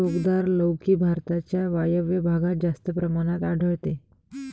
टोकदार लौकी भारताच्या वायव्य भागात जास्त प्रमाणात आढळते